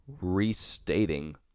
restating